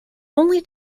only